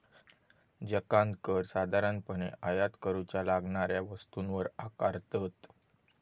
जकांत कर साधारणपणे आयात करूच्या लागणाऱ्या वस्तूंवर आकारतत